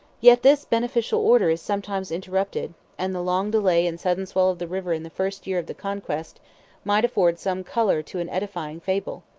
yet this beneficial order is sometimes interrupted and the long delay and sudden swell of the river in the first year of the conquest might afford some color to an edifying fable.